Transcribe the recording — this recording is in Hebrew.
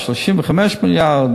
35 מיליארד,